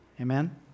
Amen